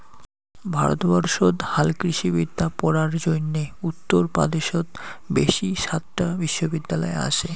ভারতবর্ষত হালকৃষিবিদ্যা পড়ার জইন্যে উত্তর পদেশত বেশি সাতটা বিশ্ববিদ্যালয় আচে